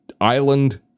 island